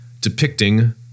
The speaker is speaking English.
depicting